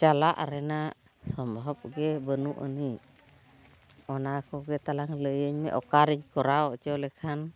ᱪᱟᱞᱟᱜ ᱨᱮᱱᱟᱜ ᱥᱚᱢᱵᱷᱚᱵ ᱜᱮ ᱵᱟᱹᱱᱩᱜ ᱟᱹᱱᱤᱡ ᱚᱱᱟ ᱠᱚᱜᱮ ᱛᱟᱞᱟᱝ ᱞᱟᱹᱭᱟᱹᱧ ᱢᱮ ᱚᱠᱟᱨᱮᱧ ᱠᱚᱨᱟᱣ ᱚᱪᱚ ᱞᱮᱠᱷᱟᱱ